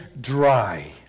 dry